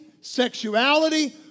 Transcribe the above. sexuality